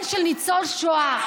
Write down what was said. את מעוותת את כל מה שהיא אמרה.